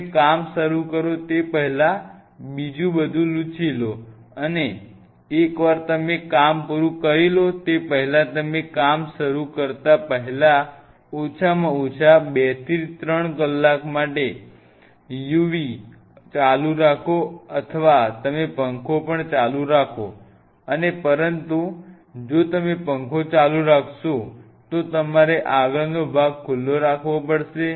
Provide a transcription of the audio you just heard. તમે કામ શરૂ કરો તે પહેલાં બીજું લૂછી લો અને એકવાર તમે કામ પૂરું કરી લો તે પહેલાં તમે કામ શરૂ કરતા પહેલા ઓછામાં ઓછા 2 થી 3 કલાક માટે uv ચાલુ રાખો અથવા તમે પંખો પણ ચાલુ રાખો અને પરંતુ જો તમે પંખો ચાલુ રાખશો તો તમારે આગળનો ભાગ ખુલ્લો રાખવો પડશે